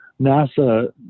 nasa